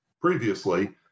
previously